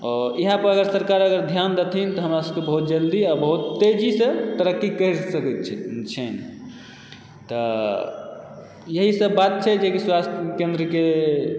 आओर इहा पर अगर सरकार अगर ध्यान देथिन तऽ हमरा सबकेँ जल्दी आ बहुत तेजीसँ तरक्की करि सकैत छै छनि तऽ इएह सब बात छै जेकि स्वास्थ केन्द्रके